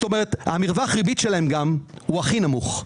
כלומר, מרווח הריבית שלהם הכי נמוך.